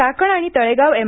चाकण आणि तळेगाव एम